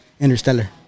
interstellar